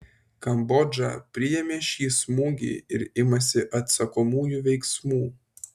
kambodža priėmė šį smūgį ir imasi atsakomųjų veiksmų